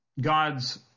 God's